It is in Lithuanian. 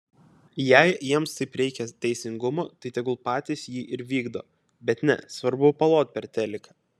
jei jiems taip reikia teisingumo tai tegul patys jį ir vykdo bet ne svarbu palot per teliką